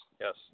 yes